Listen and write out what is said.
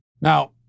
Now